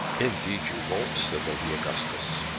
indeed you won't, said lady augustus.